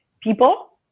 people